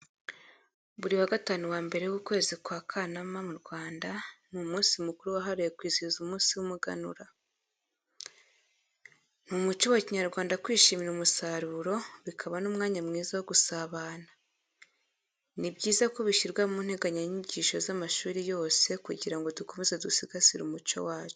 Buri wa gatanu wa mbere w'ukwezi kwa Kanama mu Rwanda, ni umunsi mukuru wahariwe kwizihiza umunsi w'umuganura. Ni umuco wa kinyarwanda kwishimira umusaruro, bikaba n'umwanya mwiza wo gusabana. Ni byiza ko bishyirwa mu nteganyanyigisho z'amashuri yose kugira ngo dukomeze dusigasire umuco wacu.